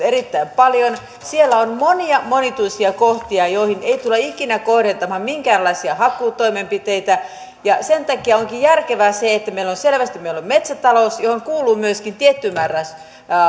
niihin erittäin paljon siellä on monia monituisia kohtia joihin ei tulla ikinä kohdentamaan minkäänlaisia hakkuutoimenpiteitä ja sen takia onkin järkevää se että meillä on selvästi metsätalous johon kuuluu myöskin tietty määrä